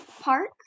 park